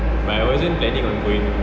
but I wasn't planning on going